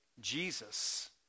Jesus